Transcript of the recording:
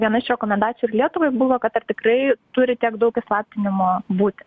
viena iš rekomendacijų ir lietuvai buvo kad ar tikrai turi tiek daug įslaptinimo būti